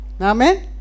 Amen